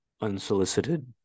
unsolicited